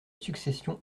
succession